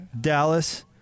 Dallas